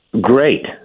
Great